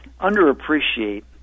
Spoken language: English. underappreciate